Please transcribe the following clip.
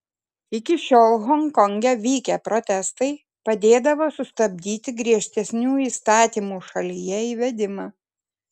iki šiol honkonge vykę protestai padėdavo sustabdyti griežtesnių įstatymų šalyje įvedimą